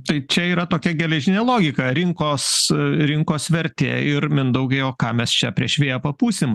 tai čia yra tokia geležinė logika rinkos rinkos vertė ir mindaugai o ką mes čia prieš vėją papūsim